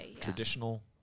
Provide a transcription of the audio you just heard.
Traditional